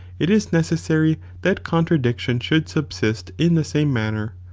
it is necessary that contradiction should subsist in the same manner,